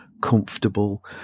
comfortable